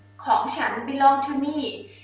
um and and belong to me,